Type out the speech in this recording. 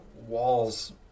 walls